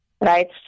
Right